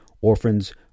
orphans